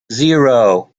zero